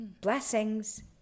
Blessings